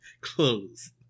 clothes